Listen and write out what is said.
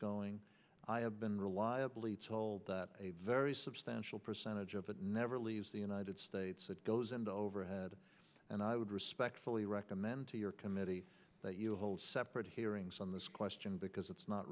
going i have been reliably told that a very substantial percentage of it never leaves the united states it goes into overhead and i would respectfully recommend to your committee that you hold separate hearings on this question because it's not